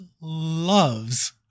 loves